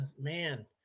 man